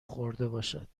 خوردهباشد